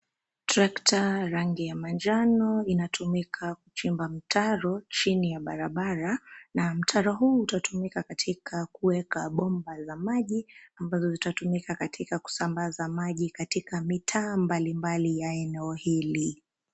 Tractor, rangi ya manjano, inatumika kuchimba mtaro chini ya barabara na mtaro huu utatumika katika kuweka bomba la maji ambazo zitatumika katika kusambaza maji katika mitaa mbalimbali ya eneo hili.